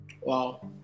Wow